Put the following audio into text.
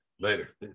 later